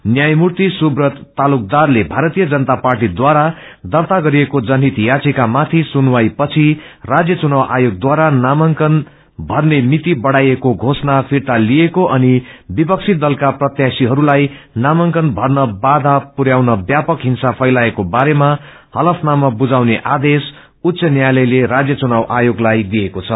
न्यामूर्ति सुव्रत तालुकदारले भारतीय जनता पार्टीद्वारा दर्ता गरिएको जनहित याविकामाथि सुनवाईपछि राज्य चुनाव आगोगदारा नामाकन भर्ने मिति बढ़ाईएको घोषणा फिर्ता लिइएको अनि विपक्षी दलका प्रत्याशीहरूलाई नामाकन भर्न वााधा पुरयाउन व्यापक हिंसा फैलिएको बारेमा हलफनामा बुझाउने आदेश उच्च न्यायालयले राज्य चुनाव आयोगलाई दिएको छ